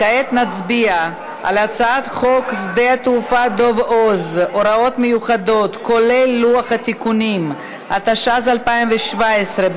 כעת נצביע על הצעת חוק שדה-התעופה דב הוז (הוראות מיוחדות) התשע"ז 2017,